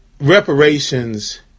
reparations